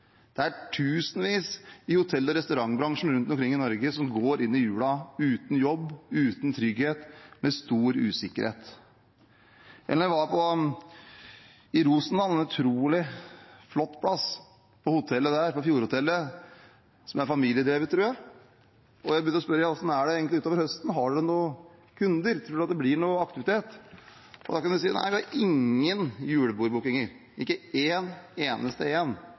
Det er tusenvis i hotell- og restaurantbransjen rundt omkring i Norge som går inn i jula uten jobb, uten trygghet og med stor usikkerhet. Da jeg var i Rosendal, en utrolig flott plass – på fjordhotellet der, som er familiedrevet, tror jeg – begynte jeg å spørre: Hvordan er det egentlig utover høsten? Har dere noen kunder? Tror dere at det blir noen aktivitet? Da kunne de si: Nei, vi har ingen julebordbookinger, ikke en eneste